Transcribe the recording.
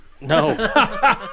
No